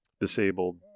disabled